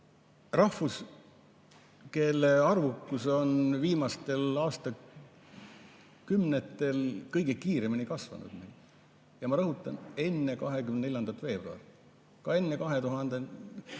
rahvas, kelle arvukus on viimastel aastakümnetel kõige kiiremini kasvanud. Ma rõhutan: enne 24. veebruari, ka enne 2014. aastat,